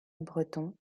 breton